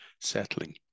settling